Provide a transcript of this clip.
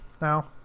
now